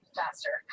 faster